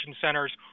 centers